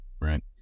Right